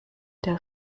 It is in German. der